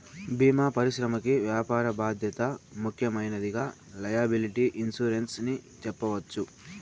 భీమా పరిశ్రమకి వ్యాపార బాధ్యత ముఖ్యమైనదిగా లైయబిలిటీ ఇన్సురెన్స్ ని చెప్పవచ్చు